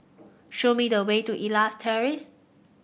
show me the way to Elias Terrace